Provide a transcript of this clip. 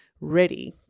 ready